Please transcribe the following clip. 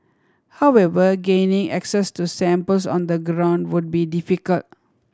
however gaining access to samples on the ground would be difficult